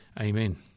Amen